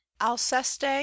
Alceste